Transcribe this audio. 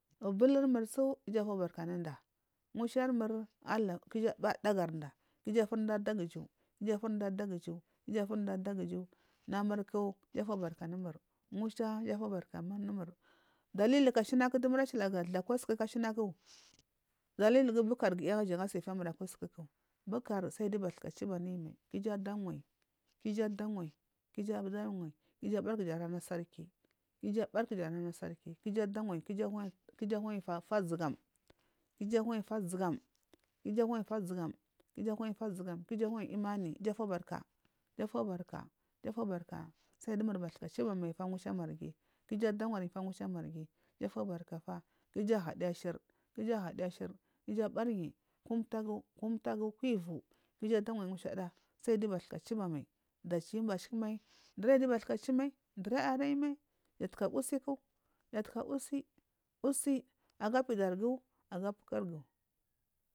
Buluri mursu iju afubarka anunda ungushar mur allah ku iju ada ganada ku iju afunada adaga iju ku iju afumda adaga iju ku iju afurmda adugu iju namurku iju afubaka anu mur ngusha iju afubaka anu ngushar mur. Dalili ku ashina du mur ashili ga dulu aku suku ashinaku dalihi gu bukur giya jan ashili aga suku ashina bukar sun giya bathka duba ayi mai ku iju aduwayi ku iju adawayi ku iju abari kuja ana masari ku iju ada wayi. Ku iju anayi fa zuyam ku iju anayi fo zugum ku iju anuje fa zugam ku iju anayi fa zugam ku iju anayi imani iju afubarka iju afubarka suyi dumur bathka chuba mai fa ngusha marghi ku iju aduwariyi ngusha marghi ku iju aduwariyi ngusha marghi ku iju anayi fa ku iju ahidiya ashir ku iju achidiya ashur ku iju abariyi ko mbagu ko mtagu koi vu usim ngushada sai giyu bathka duba mayi mbashikimai ndur ayi giyu bathka chiba mayi su arayimai ja taga usiku ja ta ga usiku usiku aga pidargu agu purigu.